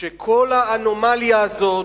שכל האנומליה הזאת,